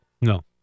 No